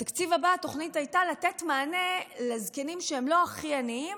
בתקציב הבא התוכנית הייתה לתת מענה לזקנים שהם לא הכי עניים,